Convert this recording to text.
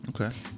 Okay